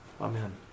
Amen